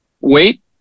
wait